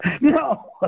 No